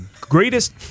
greatest